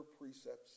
precepts